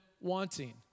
wanting